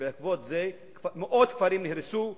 שבעקבות זה מאות כפרים נהרסו,